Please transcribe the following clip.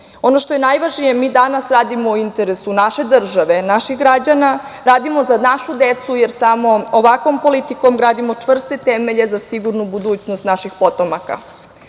Ono što je najvažnije mi danas radimo u interesu naše države, naših građana, radimo za našu decu, jer samo ovakvom politikom gradimo čvrste temelje za sigurnu budućnost naših potomaka. Iako